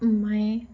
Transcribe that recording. মায়ে